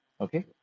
okay